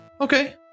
Okay